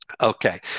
Okay